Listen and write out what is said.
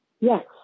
Yes